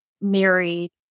married